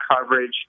coverage